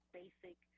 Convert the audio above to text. basic